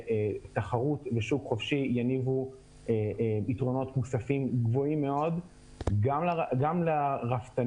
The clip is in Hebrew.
ותחרות בחוק חופשי יניבו יתרונות מוספים גבוהים מאוד גם לרפתנים,